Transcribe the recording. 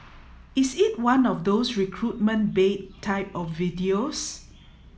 is it one of those recruitment bait type of videos